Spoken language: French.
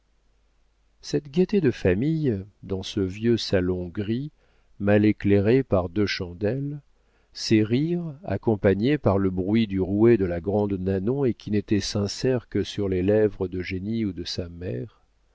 cette gaieté de famille dans ce vieux salon gris mal éclairé par deux chandelles ces rires accompagnés par le bruit du rouet de la grande nanon et qui n'étaient sincères que sur les lèvres d'eugénie ou de sa mère